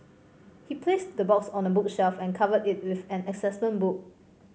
he placed the box on a bookshelf and covered it with an assessment book